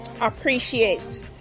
appreciate